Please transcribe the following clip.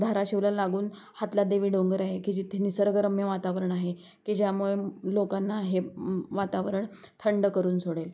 धाराशिवला लागून हातलादेवी डोंगर आहे की जिथे निसर्गरम्य वातावरण आहे की ज्यामुळे लोकांना हे वातावरण थंड करून सोडेल